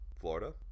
Florida